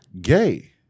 gay